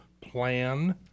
plan